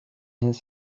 his